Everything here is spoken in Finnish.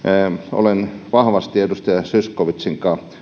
olen vahvasti edustaja zyskowiczin kanssa